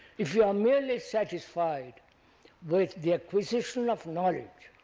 if you are merely satisfied with the acquisition of knowledge,